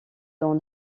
dans